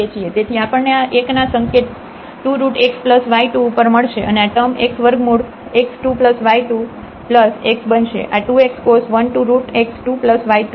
તેથી આપણને આ 1 ના સંકેત 2 રુટ x y 2 ઉપર મળશે અને આ ટૅમ x વર્ગમૂળ x 2 y 2 x બનશે આ 2 x cos 1 2 root x 2 y 2 ઉપર